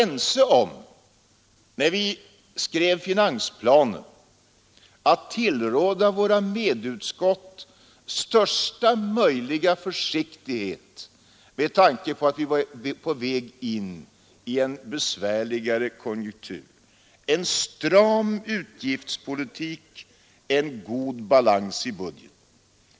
När vi skrev om finansplanen var vi överens om att tillråda våra medutskott största möjliga försiktighet med tanke på att vi var på väg in i besvärligare konjunkturer — en stram utgiftspolitik, en god balans i budgeten.